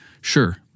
sure